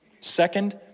Second